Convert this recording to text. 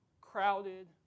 crowded